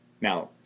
Now